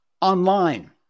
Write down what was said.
online